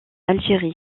algérie